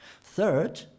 Third